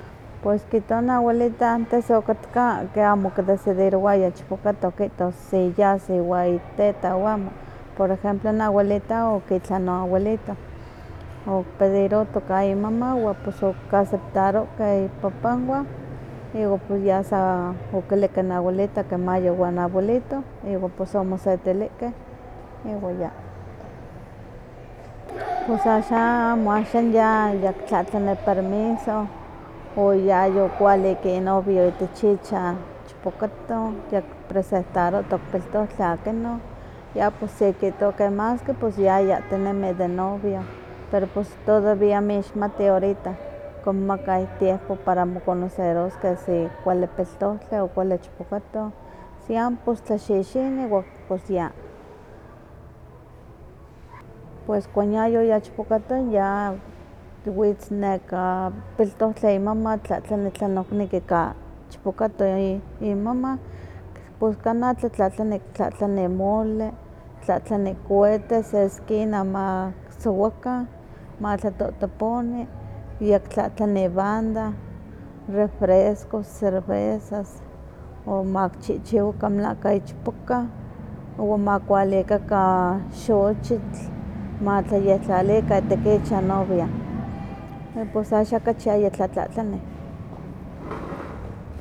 Pues kitowa noawelita antes okatka ke amo okidecidirowayah ichpokato sikihtos yas iwa iteta o amo, por ejemplo noawelita okitlan noawelito, okipediroto ka imama, iwa pos kaceptarohkeh ipapanwa iwa pues ya san okilihkeh noawelita ma yuwi iwan noabuelito iwan pos omosetilihkeh iwan ya. Pus axa amo axan ya kitlatlani permiso, oyayo kuialik inovio itech icha nichpokato yakipresentaroto piltontli akino, ya pues ya kihtowah ke maske pues yayahtinemi de novio, pero pues todavía moixmati ahorita, konmaka itiepo para moconoceroskeh si kuali piltontli o kuali ichpokatoh, si amo por tlaxixini iwa pues ya. Pues cuando yayoya n ichpokatoh witz nekapiltohtli imama, tlahtlani tleno kineki ka ichpokato imaa, pues kana kitlatlani mole, kitlatlani cuetes se esquina ma ki sowaka, ma tlatotoponi, kiyektlatlani banda, refrescos, cervezas, o makichichiwili melahka ichpoka iwa makualikaka xochitl, matlayektlalika ihtik icha inovia, y pues axan yayi kachi tlatlatlanih.